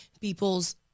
people's